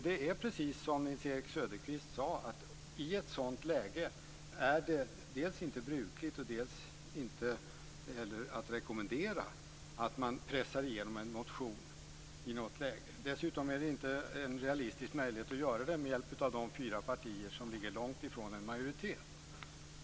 Det är som Nils-Erik Söderqvist sade - i ett sådant läge är det dels inte brukligt, dels inte heller att rekommendera att man pressar igenom en motion. Dessutom finns det inte någon realistisk möjlighet att göra det med hjälp av fyra partier som långt ifrån har majoritet.